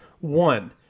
One